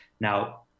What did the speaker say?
Now